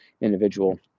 individual